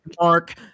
Mark